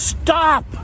Stop